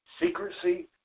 secrecy